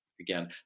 Again